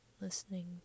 listening